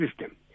system